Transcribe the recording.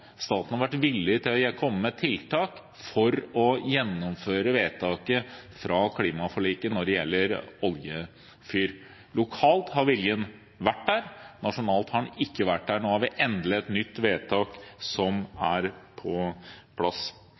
staten har vært villig til å komme med tiltak for å gjennomføre vedtaket fra klimaforliket når det gjelder oljefyr. Lokalt har viljen vært der, nasjonalt har den ikke vært der. Nå har vi endelig et nytt vedtak, som er på plass.